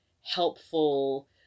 helpful